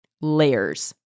Layers